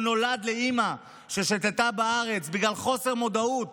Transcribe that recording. או שהוא נולד לאימא ששתתה בארץ בגלל חוסר מודעות